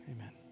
amen